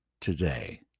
today